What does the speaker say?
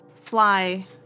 fly